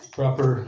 proper